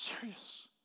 serious